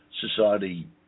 society